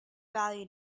value